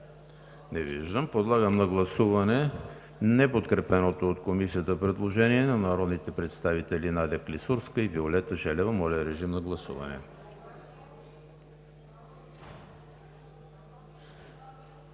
Не виждам. Подлагам на гласуване неподкрепеното от Комисията предложение на народните представители Надя Клисурска-Жекова и Виолета Желева. Гласували